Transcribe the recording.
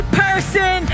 person